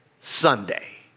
Sunday